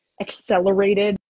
accelerated